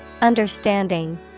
Understanding